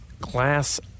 glass